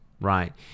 Right